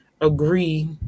agree